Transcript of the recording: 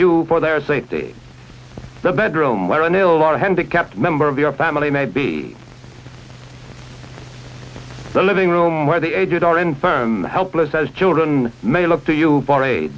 you for their safety the bedroom where i knew a lot of handicapped member of the or family may be the living room where the aged or infirm helpless as children may look to you for a